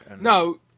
No